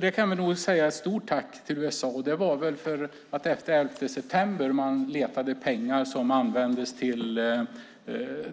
Vi kan nog säga ett stort tack till USA. Efter den 11 september letade man pengar som användes till